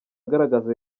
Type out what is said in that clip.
agaragaza